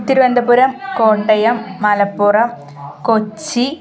Thiruvananthapuram Kottayam Malappuram Kochi